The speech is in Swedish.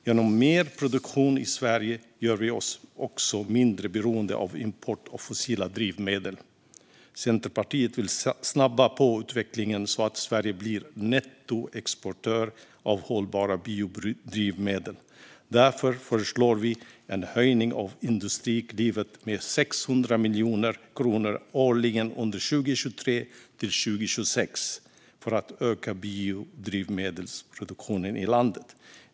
Genom mer produktion i Sverige gör vi oss också mindre beroende av import av fossila drivmedel. Centerpartiet vill snabba på utvecklingen så att Sverige blir nettoexportör av hållbara biodrivmedel. Därför föreslår vi en höjning av Industriklivet med 600 miljoner kronor årligen under 2023-2026 för att öka biodrivmedelsproduktionen i landet.